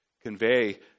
convey